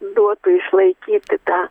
duotų išlaikyti tą